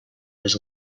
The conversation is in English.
was